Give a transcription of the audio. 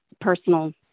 personal